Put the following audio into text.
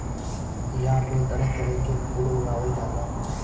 इहां पे तरह तरह के फूल उगावल जाला